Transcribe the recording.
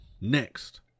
next